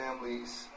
families